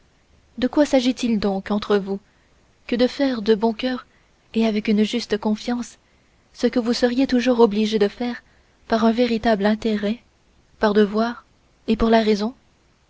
de quoi s'agit-il donc entre vous que de faire de bon cœur et avec une juste confiance ce que vous seriez toujours obligés de faire par un véritable intérêt par devoir et par raison